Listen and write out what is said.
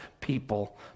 people